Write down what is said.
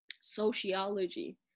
Sociology